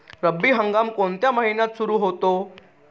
रब्बी हंगाम कोणत्या महिन्यात सुरु होतो?